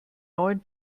neuen